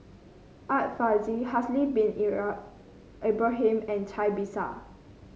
Art Fazil Haslir Bin Ibrahim and Cai Bixia